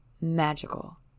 magical